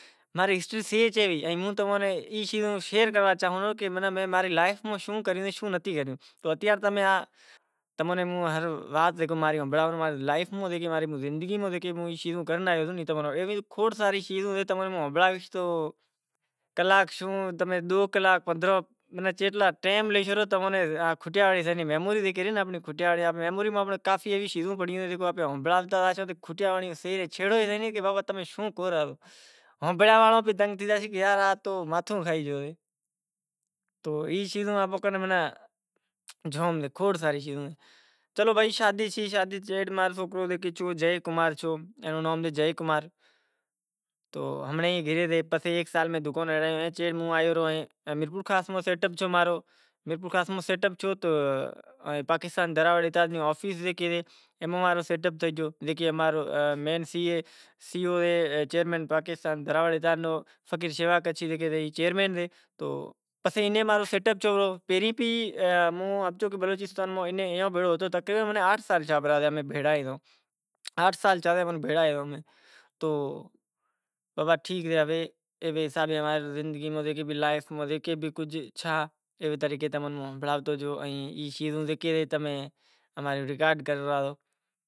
سی ای رسم کرے ورے اماڑی تھوڑا گھنڑو رسم ہوئے تو وڑے زانڑو پڑے واپسی تو بابا امیں اینے جا وڑے اماں رے رواج میں روٹلو کھورائنڑ لائے منگوائے سیں جیکے اماں کنے بوٹ پہراواے واڑو ہوسے تو میں کھادھیوں تو نیرانے چکر تھیو تو موں۔ موں بیٹھلو تو موں رو ہاڑو سے تو میں بوٹ اتاریو تو تاڑیو ریو تو میں کیدہو کرے شوں رو۔ ٹھیک سے تو بابا تھوڑی دیر تھی تو نیٹھ پہری گیا باہرے پسے بئے ٹے منٹ بیشے وڑے ٹیم پیریڈ ہوئے تو زانڑو پڑے واپسی ائیں باراتی زکو ہتو کافی وسارا نیہرے گیا باہر تو ایئاں نیں آہستے آہستے روانو کریو تو موں ماں ری لاڈی روتی روتی آوی تو ڈوشیں تو شوں ویواہ تھے تو ویواہ ماں اوں ئی روشیں تو رات نا ست تھیا گھرے پوہتا۔